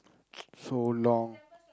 so long